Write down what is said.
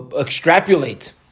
extrapolate